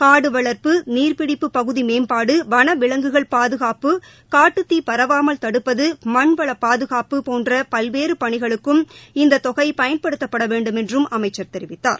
காடு வளர்ப்பு நீர்ப்பிடிப்பு பகுதி மேம்பாடு வள விலங்குகள் பாதுகாப்பு காட்டுத்தீ பரவாமல் தடுப்பது மண்வளபாதுகாப்பு போன்ற பல்வேறு பணிகளுக்கும் இந்த தொகை பயன்படுத்தப்பட வேண்டும் என்றும் அமைச்சர் தெரிவித்தார்